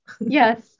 Yes